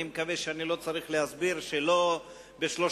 אני מקווה שאני לא צריך להסביר שלא בשלושת